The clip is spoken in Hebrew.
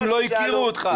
איך הם לא הכירו אותך?